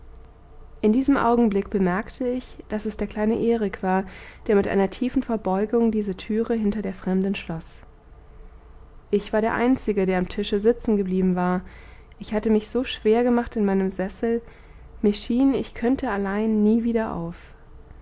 in diesem augenblick bemerkte ich daß es der kleine erik war der mit einer tiefen verbeugung diese türe hinter der fremden schloß ich war der einzige der am tische sitzengeblieben war ich hatte mich so schwer gemacht in meinem sessel mir schien ich könnte allein nie wieder auf